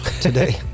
Today